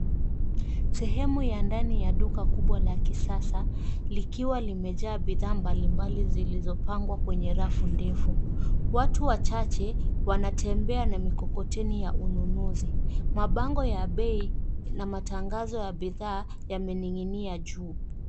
Sehemu ya ndani yaduka kubwa la kisasa likiwalimejaa bidhaa mbalimbali zilizopangwa kwenye rafu ndefu. Watu wachache wanatembea namikokoteni ya ununuzi. Mabango ya bei na matangazo ya bidhaa yamening'inia juu.